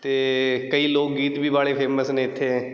ਅਤੇ ਕਈ ਲੋਕ ਗੀਤ ਵੀ ਬਾਹਲੇ ਫੇਮਸ ਨੇ ਇੱਥੇ